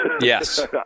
Yes